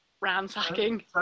ransacking